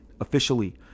officially